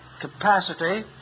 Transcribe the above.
capacity